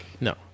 No